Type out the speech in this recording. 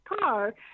car